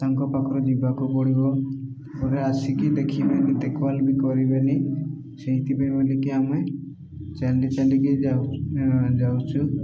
ତାଙ୍କ ପାଖରେ ଯିବାକୁ ପଡ଼ିବ ପରେ ଆସିକି ଦେଖିବେନି ଦେଖଭାଲ ବି କରିବେନି ସେଇଥିପାଇଁ ବୋଲିକି ଆମେ ଚାଲି ଚାଲିକି ଯାଉ ଯାଉଛୁ